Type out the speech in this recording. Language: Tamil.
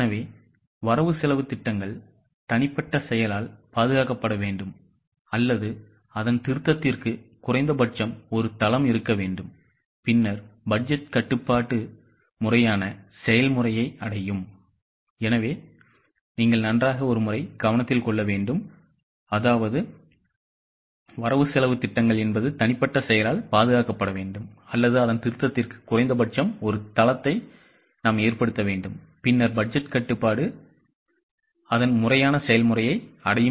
எனவே வரவுசெலவுத் திட்டங்கள் தனிப்பட்ட செயலால் பாதுகாக்கப்பட வேண்டும் அல்லது அதன் திருத்தத்திற்கு குறைந்தபட்சம் ஒரு தளம் இருக்க வேண்டும் பின்னர் பட்ஜெட் கட்டுப்பாடு முறையான செயல்முறையை அடையும்